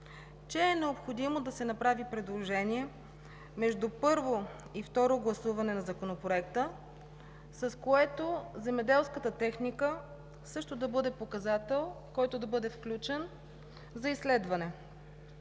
че е необходимо да се направи предложение между първо и второ гласуване на Законопроекта, с което земеделската техника също да бъде показател, който да бъде включен за изследване,